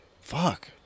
Fuck